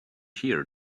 here